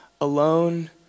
alone